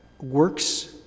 works